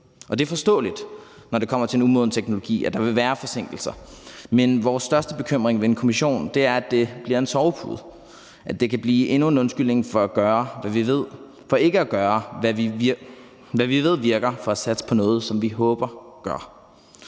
det er forståeligt, når det kommer til umoden teknologi, at der vil være forsinkelser. Men vores største bekymring ved en kommission er, at det bliver en sovepude, og at det kan blive endnu en undskyldning for ikke at gøre, hvad vi ved virker, for at satse på noget, som vi håber gør